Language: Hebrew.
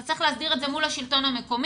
אתה צריך להסדיר את מול השלטון המקומי.